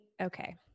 okay